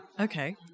Okay